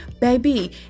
baby